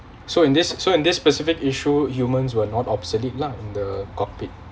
so in this so in this specific issue humans were not obsolete lah in the cockpit